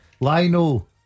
Lino